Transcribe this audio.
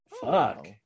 fuck